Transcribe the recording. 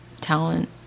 talent